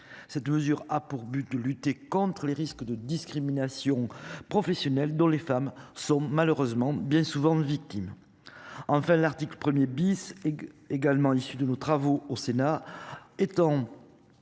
Cette mesure a pour but de lutter contre les risques de discriminations professionnelles dont les femmes sont malheureusement bien souvent victimes. Enfin, l'article 1er bis est également l'issue de nos travaux au Sénat